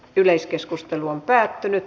yleiskeskustelu on päättyi